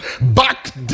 back